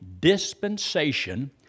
dispensation